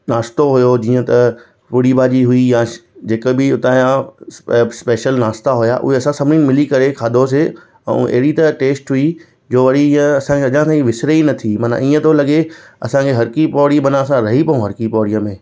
नाश्तो हुयो जीअं त पूड़ी भाॼी हुई या जेके बि उतां जा स्पेशल नाश्ता हुआ उहे असां सभिनीनि मिली करे खाधोसीं ऐं अहिड़ी त टेस्ट हुई जो वरी इएं असां खे अञा ताईं विसरे ई नथी मन इएं थो लॻे असांजी हर की पौड़ी मन असां रही पऊं हर की पौड़ीअ में